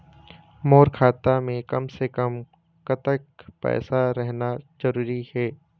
मोर खाता मे कम से से कम कतेक पैसा रहना जरूरी हे?